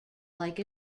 like